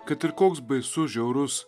kad ir koks baisus žiaurus